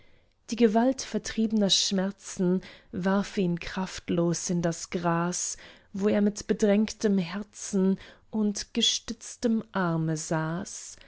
die gewalt verliebter schmerzen warf ihn kraftlos in das gras wo er mit bedrängtem herzen und gestütztem arme saß